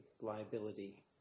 liability